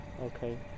Okay